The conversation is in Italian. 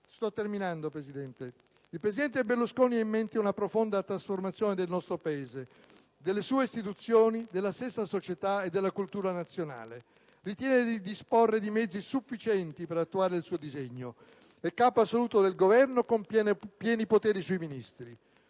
si percepisce chiaramente. Il presidente Berlusconi ha in mente una profonda trasformazione del nostro Paese, delle sue istituzioni, della stessa società e della cultura nazionale e ritiene di disporre di mezzi sufficienti per attuare il suo disegno. È capo assoluto del Governo, con pieni poteri sui Ministri;